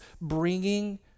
bringing